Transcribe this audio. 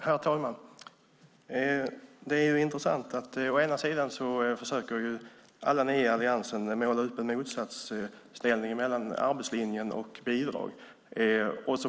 Herr talman! Alliansen försöker måla upp en motsatsställning mellan arbetslinje och bidrag.